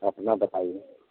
आपना बताइए